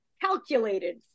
calculated